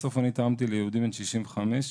בסוף אני תרמתי ליהודי בן 65,